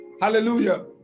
Hallelujah